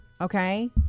okay